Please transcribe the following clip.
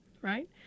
right